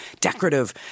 decorative